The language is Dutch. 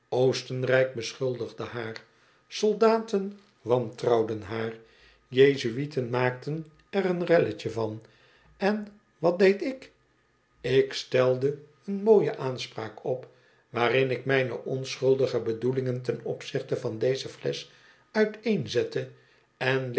oostenrijk beschuldigde haar soldaten wantrouwden haar jezuïeten maakten er een relletje van en wat deed ik ik stelde een mooie aanspraak op waarin ik mijne onschuldige bedoelingen ten opzichte van deze flesch